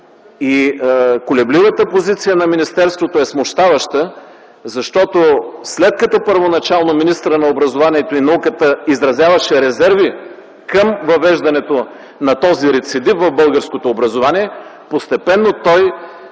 Колебливата позиция на министерството е смущаваща, защото след като първоначално министърът на образованието и науката изразяваше резерви към въвеждането на този рецидив в българското образование, постепенно той